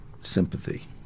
sympathy